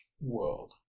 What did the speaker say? world